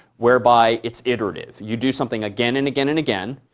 whereby it's iterative. you do something again, and again, and again.